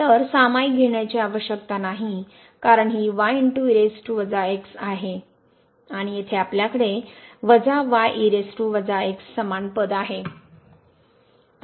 तर सामाईक घेण्याची आवश्यकता नाही कारण ही आहे आणि येथे आपल्याकडे वजा समान पद आहे